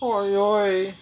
!aiyo!